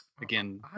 Again